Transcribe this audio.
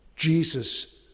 Jesus